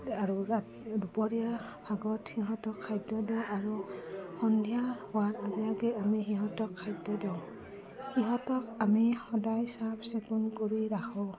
আৰু দুপৰীয়া ভাগত সিঁহতক খাদ্য দিওঁ আৰু সন্ধিয়া হোৱাৰ আগে আগে আমি সিহঁতক খাদ্য দিওঁ সিহঁতক আমি সদায় চাফ চিকুণ কৰি ৰাখোঁ